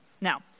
Now